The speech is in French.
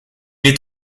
est